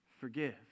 forgive